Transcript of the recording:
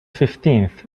fifteenth